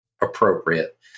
appropriate